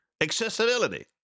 accessibility